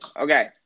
Okay